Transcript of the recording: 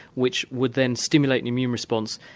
which would then stimulate the immune response,